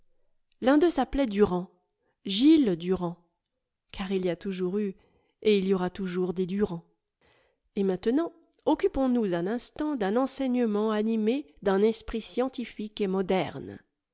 l'un d'eux s'appelait durand gilles durand car il y a toujours eu et il y aura toujours des durand et maintenant occupons-nous un instant d'un enseignement animé d'un esprit scientifique et moderne